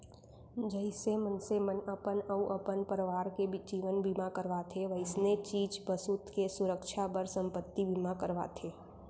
जइसे मनसे मन अपन अउ अपन परवार के जीवन बीमा करवाथें वइसने चीज बसूत के सुरक्छा बर संपत्ति बीमा करवाथें